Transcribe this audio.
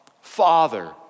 Father